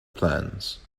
plans